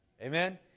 Amen